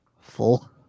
full